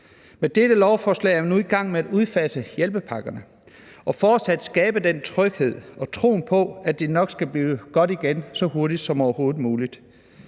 Med dette lovforslag er vi nu i gang med at udfase hjælpepakkerne og fortsat skabe trygheden og troen på, at det nok skal blive godt igen så hurtigt som overhovedet muligt.